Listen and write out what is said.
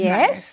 Yes